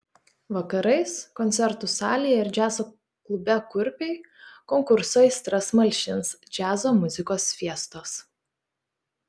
vakarais koncertų salėje ir džiazo klube kurpiai konkurso aistras malšins džiazo muzikos fiestos